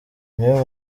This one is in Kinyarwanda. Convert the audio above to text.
niwe